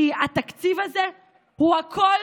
כי התקציב הזה הוא הכול